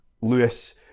Lewis